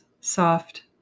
soft